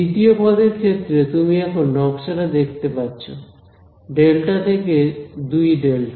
দ্বিতীয় পদের ক্ষেত্রে তুমি এখন নকশা টা দেখতে পাচ্ছ ডেলটা থেকে 2 ডেলটা